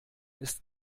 ist